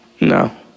No